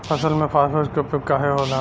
फसल में फास्फोरस के उपयोग काहे होला?